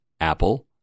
Apple